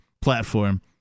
platform